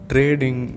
Trading